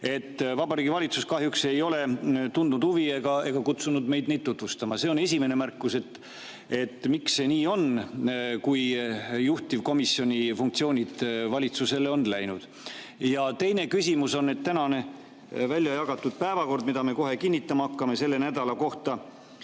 Vabariigi Valitsus kahjuks ei ole tundnud huvi ega kutsunud meid neid tutvustama. See on esimene märkus. Miks see nii on, kui juhtivkomisjoni funktsioonid valitsusele on läinud? Ja teine küsimus. Välja jagatud päevakorras, mida me kohe kinnitama hakkame selle nädala kohta,